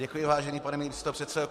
Děkuji, vážený pane místopředsedo.